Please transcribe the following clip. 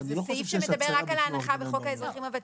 אבל זה סעיף שמדבר רק על ההנחה בחוק האזרחים הוותיקים.